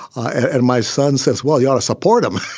and my son says, well, you ought to support him